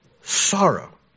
Sorrow